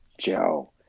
Joe